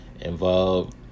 involved